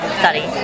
study